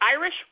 Irish